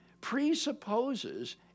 presupposes